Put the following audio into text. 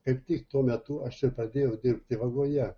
kaip tik tuo metu aš ir pradėjau dirbti vagoje